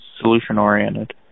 solution-oriented